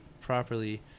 properly